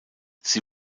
sie